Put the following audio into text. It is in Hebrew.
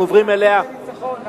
אנחנו עוברים אליה מייד.